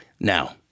Now